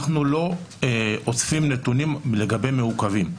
אנחנו לא אוספים נתונים לגבי מעוכבים.